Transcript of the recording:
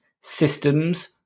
systems